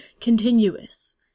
continuous